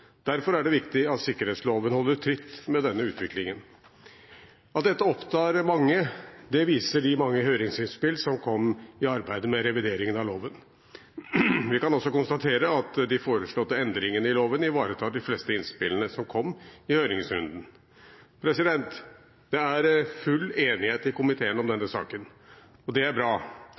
Derfor er det viktig at sikkerhetsloven holder tritt med denne utviklingen. At dette opptar mange, viser de mange høringsinnspill som kom i arbeidet med revideringen av loven. Vi kan også konstatere at de foreslåtte endringene i loven ivaretar de fleste innspillene som kom i høringsrunden. Det er full enighet i komiteen om denne saken, og det er bra.